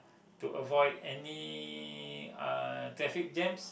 to avoid any uh traffic jams